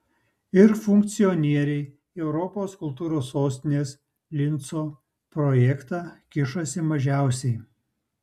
ir funkcionieriai į europos kultūros sostinės linco projektą kišasi mažiausiai